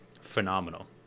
phenomenal